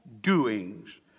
doings